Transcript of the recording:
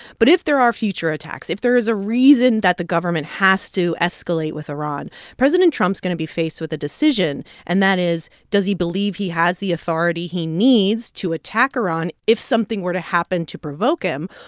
but if there are future attacks, if there is a reason that the government has to escalate with iran, president trump's going to be faced with a decision. and that is, does he believe he has the authority he needs to attack iran if something were to happen to provoke him,